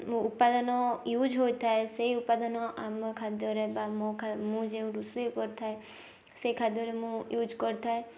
ଉପାଦାନ ୟୁଜ୍ ହୋଇଥାଏ ସେଇ ଉପାଦାନ ଆମ ଖାଦ୍ୟରେ ବା ମୋ ମୁଁ ଯେଉଁ ରୋଷେଇ କରିଥାଏ ସେଇ ଖାଦ୍ୟରେ ମୁଁ ୟୁଜ୍ କରିଥାଏ